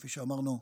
כפי שאמרנו,